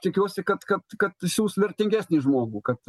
tikiuosi kad kad kad siųs vertingesnį žmogų kad